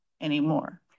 anymore